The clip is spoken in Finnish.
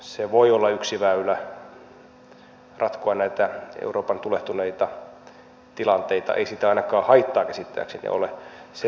se voi olla yksi väylä ratkoa näitä euroopan tulehtuneita tilanteita ei siitä ainakaan haittaa käsittääkseni ole